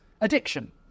addiction